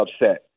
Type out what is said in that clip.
upset